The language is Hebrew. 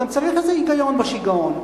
וגם צריך איזה היגיון בשיגעון,